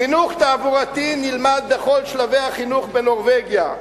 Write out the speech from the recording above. חינוך תעבורתי נלמד בכל שלבי החינוך בנורבגיה,